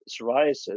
psoriasis